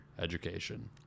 education